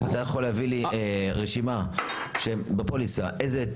אתה יכול להביא לי רשימה בפוליסה איזה,